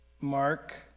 Mark